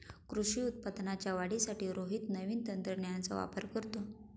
कृषी उत्पादनाच्या वाढीसाठी रोहित नवीन तंत्रज्ञानाचा वापर करतो